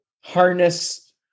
harness